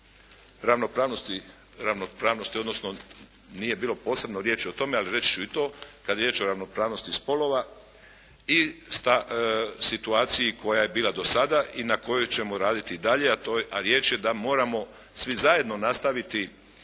ravnopravnosti odnosno nije bilo posebno riječi o tome ali reći ću i to kad je riječ o ravnopravnosti spolova i situaciji koja je bila do sada i na kojoj ćemo raditi i dalje a to je, a riječ je da moramo svi zajedno nastaviti